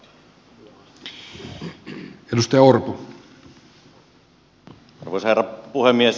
arvoisa herra puhemies